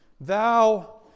thou